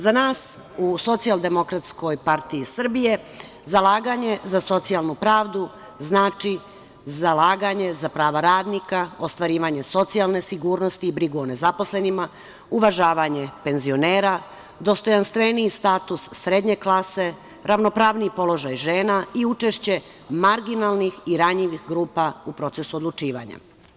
Za nas u SDPS zalaganje za socijalnu pravdu znači zalaganje za prava radnika, ostvarivanje socijalne sigurnosti i brigu o nezaposlenima, uvažavanje penzionera, dostojanstveniji status srednje klase, ravnopravniji položaj žena i učešće marginalnih i ranjivih grupa u procesu odlučivanja.